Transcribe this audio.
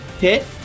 hit